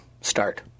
start